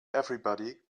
everybody